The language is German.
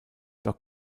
doch